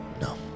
No